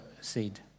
seed